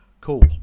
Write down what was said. cool